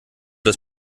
das